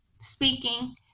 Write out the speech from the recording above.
speaking